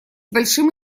большим